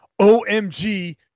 OMG